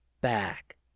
back